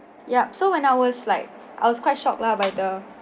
yup so when I was like I was quite shock lah by the